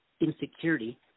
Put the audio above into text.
insecurity